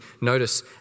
notice